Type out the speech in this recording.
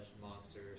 monster